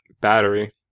Battery